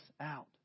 out